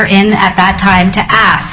in at that time to ask